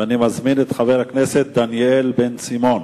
אני מזמין את חבר הכנסת דניאל בן-סימון.